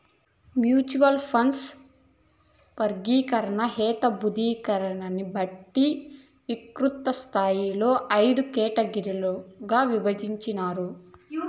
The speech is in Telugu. మ్యూచువల్ ఫండ్ల వర్గీకరణ, హేతబద్ధీకరణని బట్టి విస్తృతస్థాయిలో అయిదు కేటగిరీలుగా ఇభజించినారు